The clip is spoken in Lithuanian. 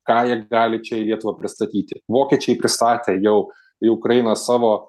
ką jie gali čia į lietuvą pristatyti vokiečiai pristatė jau į ukrainą savo